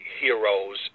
heroes